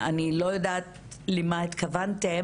אני לא יודעת למה התכוונתם,